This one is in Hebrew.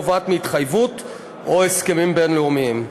הנובעת מהתחייבות או הסכמים בין-לאומיים.